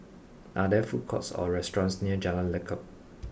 are there food courts or restaurants near Jalan Lekub